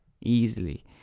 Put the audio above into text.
easily